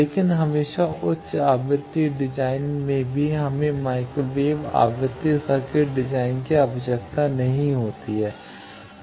लेकिन हमेशा उच्च आवृत्ति डिजाइन में भी हमें माइक्रोवेव आवृत्ति सर्किट डिजाइन की आवश्यकता नहीं होती है